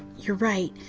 you're right,